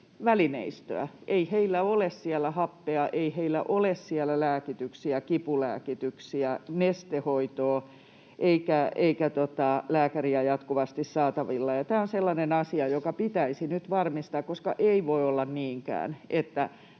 happea, ei heillä ole siellä lääkityksiä, kipulääkityksiä, nestehoitoa eikä lääkäriä jatkuvasti saatavilla. Tämä on sellainen asia, joka pitäisi nyt varmistaa, koska ei voi olla niinkään, että